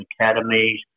academies